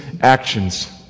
actions